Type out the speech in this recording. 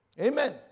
Amen